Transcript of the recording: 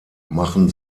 machen